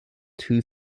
two